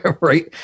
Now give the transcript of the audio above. right